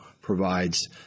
provides